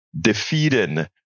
defeating